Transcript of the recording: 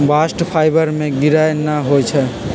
bast fibre में गिरह न होई छै